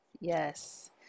Yes